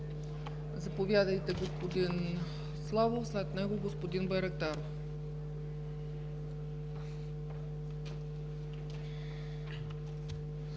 Заповядайте, господин Славов, след него – господин Байрактаров.